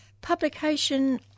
Publication